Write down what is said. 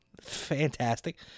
Fantastic